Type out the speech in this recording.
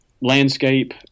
Landscape